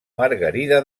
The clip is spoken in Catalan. margarida